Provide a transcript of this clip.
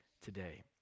today